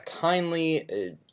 kindly